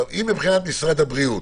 אם מבחינת משרד הבריאות